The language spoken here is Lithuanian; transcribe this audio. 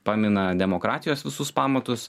pamina demokratijos visus pamatus